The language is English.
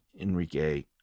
Enrique